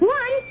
one